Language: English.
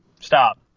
stop